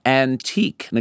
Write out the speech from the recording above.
antique